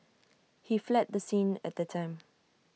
he fled the scene at the time